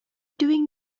doing